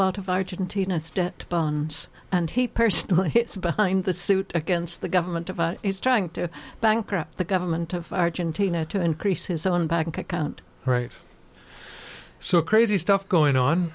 of argentina's debt bones and he personally behind the suit against the government is trying to bankrupt the government of argentina to increase his own bank account right so crazy stuff going